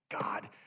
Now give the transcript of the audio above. God